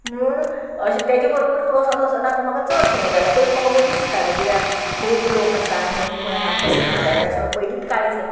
म्हुणून अशें तेजे बरोबरच वोसोन वोसना तो म्हाका चड संवय जालें पयलीं म्हाका भंय दिसतालो किद्याक खूब लोक आसा आनी तेंच्या फुड्यान हांव कशें म्हणटलें अशें म्हण पयलींत कांयच